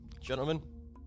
gentlemen